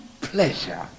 pleasure